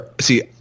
See